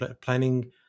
planning